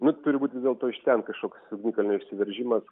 nu turi būt vis dėlto iš ten kažkoks ugnikalnio išsiveržimas